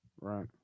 right